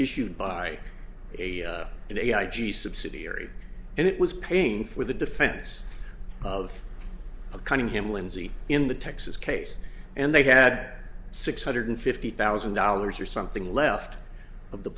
issued by a in a i g subsidiary and it was paying for the defense of a cutting him lindsay in the texas case and they had six hundred fifty thousand dollars or something left of the